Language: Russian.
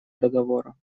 договора